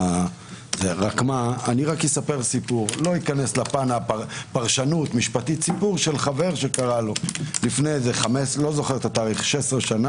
רק אספר סיפור של חבר שקרה לו לפני 16 שנה,